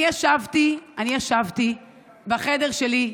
אני ישבתי בחדר שלי,